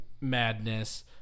madness